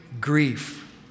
grief